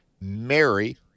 Mary